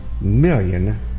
million